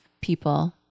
people